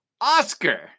Oscar